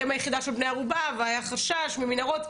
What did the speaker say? כי הם היחידה של בני ערובה והיה חשש ממנהרות.